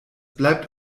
bleibt